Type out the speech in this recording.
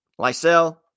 Lysel